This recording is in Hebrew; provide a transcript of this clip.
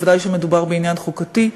ודאי שמדובר בעניין חוקתי.